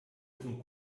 zum